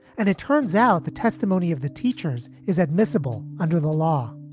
and it turns out the testimony of the teachers is admissible under the law